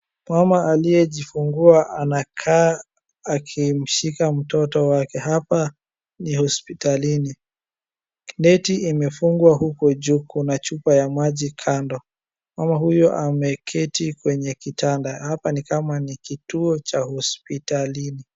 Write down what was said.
Mama aliyejifungua anakaa akimshika mtoto wake. Hapa ni hospitalini. Neti imefungwa huko juu, kuna chupa ya maji hapo kando. Mama huyo ameketi kwenye kitanda. Hapa ni kama ni kituo cha hospitalini.